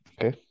Okay